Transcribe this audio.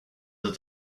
that